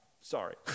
sorry